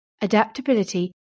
adaptability